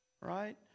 Right